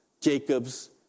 Jacob's